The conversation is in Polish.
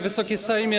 Wysoki Sejmie!